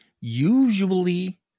Usually